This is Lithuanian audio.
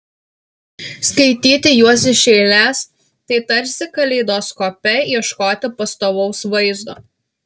skaityti juos iš eilės tai tarsi kaleidoskope ieškoti pastovaus vaizdo